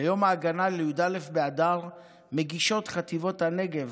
ליום ההגנה בי"א באדר מגישות חטיבות הנגב,